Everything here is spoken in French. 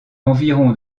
environ